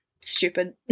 stupid